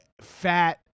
fat